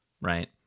right